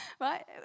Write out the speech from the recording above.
Right